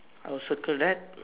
I will circle that